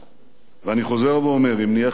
ואני חוזר ואומר: אם נהיה חלשים,